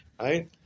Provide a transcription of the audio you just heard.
right